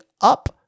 up